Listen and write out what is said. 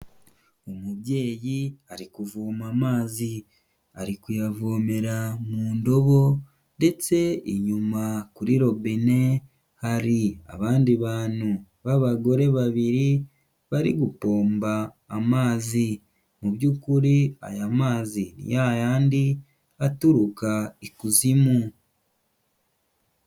Umubyeyi ari kuvoma amazi, ari kuyavomera mu ndobo ndetse inyuma kuri robine hari abandi bantu b'abagore babiri bari gupomba amazi, mu by'ukuri aya mazi ni yayandi aturuka ikuzimu.